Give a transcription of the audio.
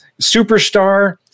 Superstar